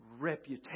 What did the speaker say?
reputation